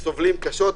סובלים קשות.